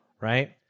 right